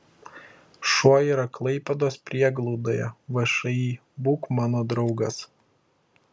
šuo yra klaipėdos prieglaudoje všį būk mano draugas